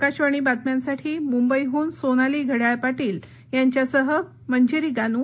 आकाशवाणी बातम्यांसाठी मुंबईहून सोनाली घड्याळ पारील यांच्यासह पुण्याहून मंजिरी गानू